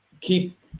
keep